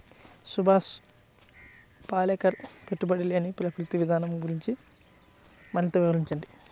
సుభాష్ పాలేకర్ పెట్టుబడి లేని ప్రకృతి విధానం గురించి మరింత వివరించండి